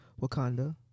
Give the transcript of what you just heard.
Wakanda